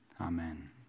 amen